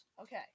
Okay